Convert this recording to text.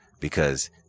because-